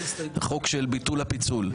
החוק של ביטול הפיצול.